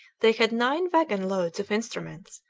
they had nine wagon-loads of instruments,